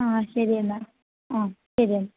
ആ ശരിയെന്നാല് ആ ശരിയെന്നാല്